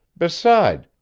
beside,